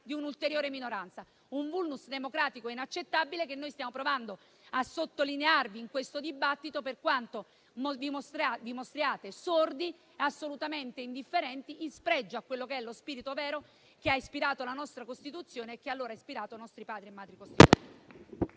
di un'ulteriore minoranza: un *vulnus* democratico inaccettabile che noi stiamo provando a evidenziarvi in questo dibattito, per quanto molto vi mostriate sordi e assolutamente indifferenti, in spregio a quello che è lo spirito vero che ha ispirato la nostra Costituzione e che allora ha ispirato i nostri Padri e Madri costituenti.